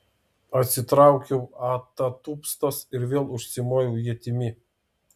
atsitraukiau atatupstas ir vėl užsimojau ietimi